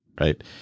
right